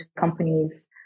companies